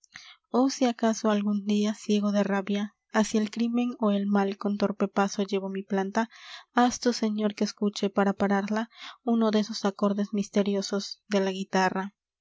oh si acaso algun dia ciego de rabia hácia el crímen ó el mal con torpe paso llevo mi planta haz tú señor que escuche para pararla uno de esos acordes misteriosos de la guitarra